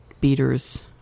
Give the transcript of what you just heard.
beaters